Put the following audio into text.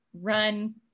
run